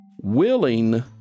Willing